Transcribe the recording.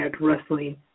Wrestling